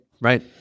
right